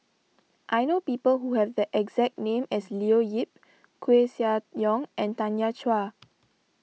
I know people who have the exact name as Leo Yip Koeh Sia Yong and Tanya Chua